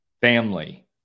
family